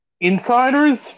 insiders